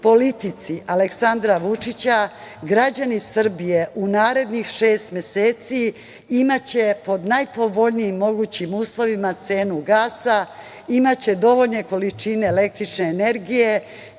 politici Aleksandra Vučića građani Srbije u narednih šest meseci imaće pod najpovoljnijim mogućim uslovima cenu gasa, imaće dovoljne količine električne energije.